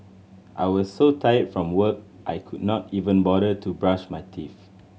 I was so tired from work I could not even bother to brush my teeth